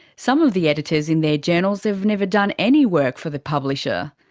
some of the editors in their journals have never done any work for the publisher.